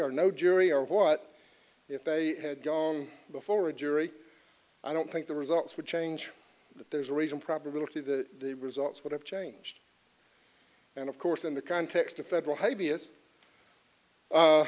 or no jury or what if they had gone before a jury i don't think the results would change that there's a reason probability the results would have changed and of course in the context of federal h